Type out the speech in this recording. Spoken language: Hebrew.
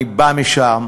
אני בא משם,